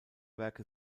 werke